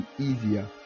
easier